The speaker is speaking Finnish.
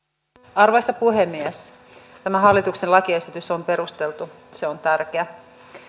arvoisa puhemies tämä hallituksen lakiesitys on perusteltu se on tärkeä